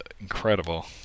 incredible